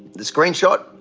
the screenshot,